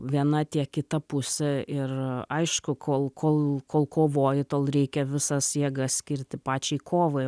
viena tiek kita pusė ir aišku kol kol kol kovoji tol reikia visas jėgas skirti pačiai kovai